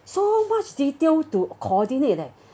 so much detail to coordinate leh